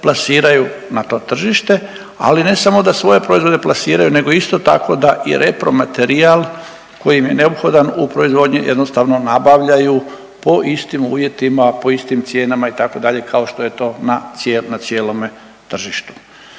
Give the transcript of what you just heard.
plasiraju na to tržište, ali ne samo da svoje proizvode plasiraju, nego isto tako da i repromaterijal koji im je neophodan u proizvodnji jednostavno nabavljaju u po istim uvjetima, po istim cijenama, itd., kao što je to na cijelome tržištu.